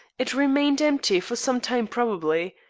it remained empty for some time probably.